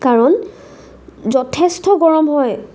কাৰণ যথেষ্ট গৰম হয়